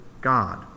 God